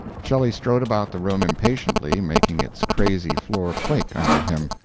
shelley strode about the room impatiently, making its crazy floor quake under him.